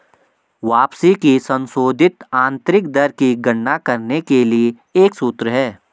वापसी की संशोधित आंतरिक दर की गणना करने के लिए एक सूत्र है